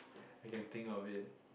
I can think of it